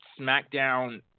SmackDown